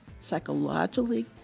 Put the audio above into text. psychologically